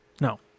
No